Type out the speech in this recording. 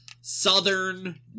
southern